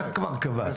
אתה כבר קבעת.